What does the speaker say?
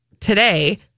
today